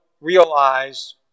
realize